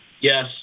yes